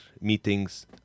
meetings